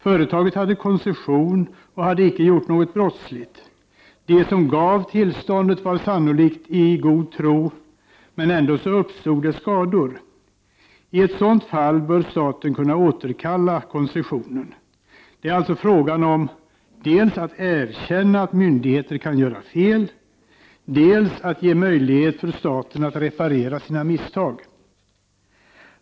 Företaget hade koncession och hade icke gjort något brottsligt. De som gav tillståndet var sannolikt i god tro, men ändå uppstod skador. I ett sådant fall bör staten kunna återkalla koncessionen. Det är alltså fråga om att dels erkänna att myndigheter kan göra fel, dels ge möjligheter för staten att reparera sina misstag.